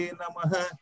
Namaha